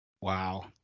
Wow